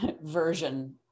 version